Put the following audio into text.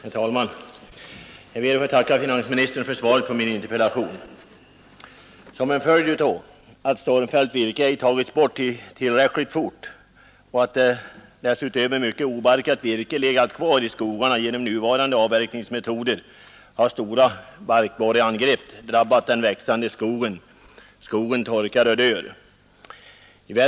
Herr talman! Jag ber att få tacka finansministern för svaret på min interpellation. Som en följd av att stormfällt virke ej tagits bort tillräckligt snabbt och av att genom nuvarande avverkningsmetoder en mängd obarkat virke legat kvar i skogarna har stora barkborreangrepp drabbat den växande skogen. Skogen torkar och dör.